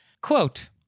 quote